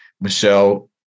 Michelle